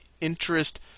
interest